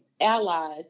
allies